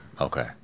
okay